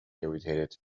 irritated